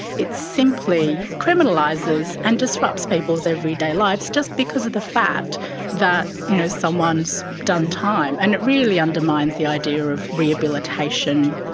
it simply criminalises and disrupts people's everyday lives just because of the fact that you know someone has so done time, and it really undermines the idea of rehabilitation,